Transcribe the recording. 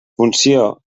funció